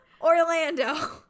Orlando